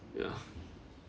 ya